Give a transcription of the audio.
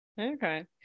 Okay